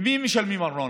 למי הם משלמים ארנונה?